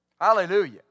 Hallelujah